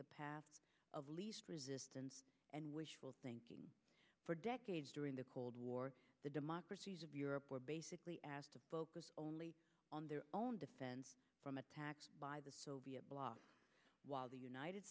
the path of least resistance and wishful thinking for decades during the cold war the democracies of europe were basically asked to focus only on their own defense from attacks by the soviet bloc while the united